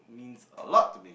means a lot to me